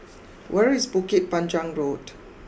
where is Bukit Panjang Road